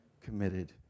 committed